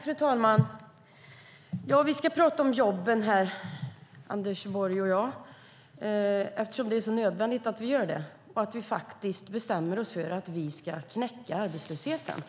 Fru talman! Vi ska prata om jobben, Anders Borg och jag. Det är nödvändigt att vi gör det och att vi bestämmer oss för att vi ska knäcka arbetslösheten.